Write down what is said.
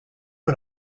que